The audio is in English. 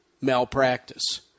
malpractice